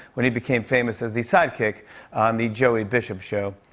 when he became famous as the sidekick on the joey bishop show.